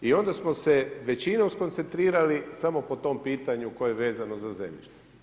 I onda smo se većinom skoncentrirali samo po tom pitanju koje je vezano za zemlju.